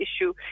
issue